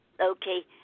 Okay